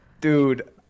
Dude